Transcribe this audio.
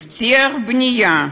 הבטיח בנייה,